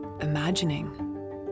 imagining